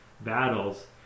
battles